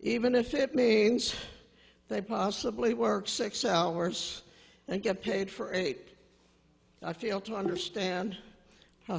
even if it means they possibly work six hours and get paid for eight i feel to understand how